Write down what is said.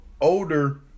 older